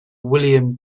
william